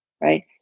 right